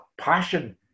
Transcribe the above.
passion